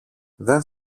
δεν